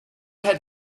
had